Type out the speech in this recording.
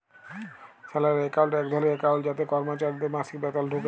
salary account এক ধরলের account যাতে করমচারিদের মাসিক বেতল ঢুকে